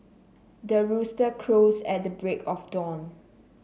the rooster crows at the break of dawn